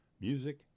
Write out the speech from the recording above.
music